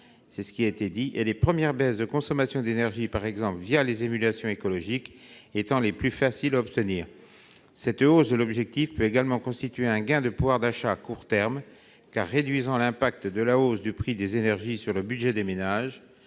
supplémentaires, les premières baisses de consommation d'énergie, par exemple les émulations écologiques, étant les plus faciles à obtenir. Ce rehaussement de l'objectif peut également apporter un gain de pouvoir d'achat à court terme, en réduisant l'impact de la hausse du prix des énergies sur les budgets des ménages,